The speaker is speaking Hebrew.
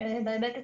בהיבט הטכנולוגי.